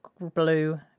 blue